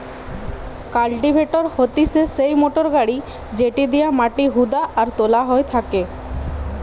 cultivator হতিছে সেই motor গাড়ি যেটি দিয়া মাটি হুদা আর তোলা হয় থাকে